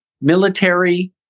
Military